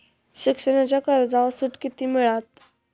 शिक्षणाच्या कर्जावर सूट किती मिळात?